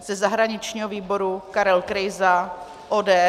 Ze zahraničního výboru Karel Krejza ODS.